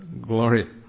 glory